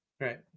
Right